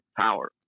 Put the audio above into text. power